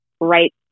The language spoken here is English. right